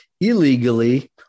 illegally